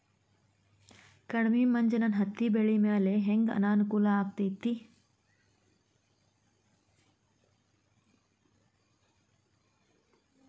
ಕಡಮಿ ಮಂಜ್ ನನ್ ಹತ್ತಿಬೆಳಿ ಮ್ಯಾಲೆ ಹೆಂಗ್ ಅನಾನುಕೂಲ ಆಗ್ತೆತಿ?